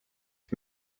ich